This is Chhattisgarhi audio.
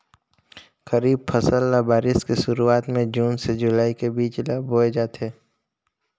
खरीफ फसल ल बारिश के शुरुआत में जून से जुलाई के बीच ल बोए जाथे